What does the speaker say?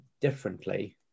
differently